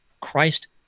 Christ